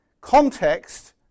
context